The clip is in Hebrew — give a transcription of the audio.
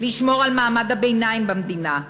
לשמור על מעמד הביניים במדינה,